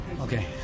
Okay